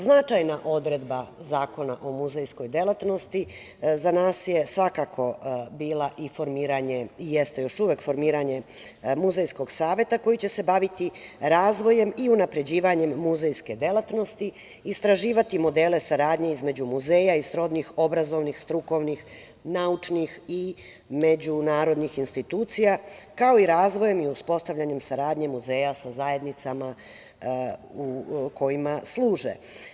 Značajna odredba Zakona o muzejskoj delatnosti za nas je svakako bila i formiranje i jeste još uvek formiranje Muzejskog saveta koji će se baviti razvojem i unapređivanjem muzejske delatnosti, istraživati modele saradnje između muzeja i srodnih obrazovnih, strukovnih, naučnih i međunarodnih institucija, kao i razvojem i uspostavljanjem saradnje muzeja sa zajednicama u kojima služe.